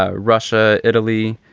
ah russia, italy.